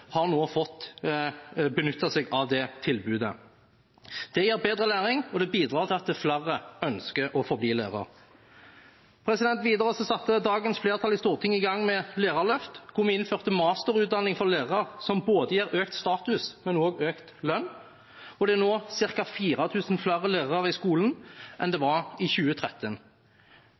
har nå benyttet seg av det tilbudet. Det gir bedre læring, og det bidrar til at flere ønsker å forbli lærer. Videre satte dagens flertall i Stortinget i gang med et lærerløft, der vi innførte masterutdanning for lærere, noe som gir både økt status og økt lønn. Det er nå ca. 4 000 flere lærere i skolen enn det var i 2013.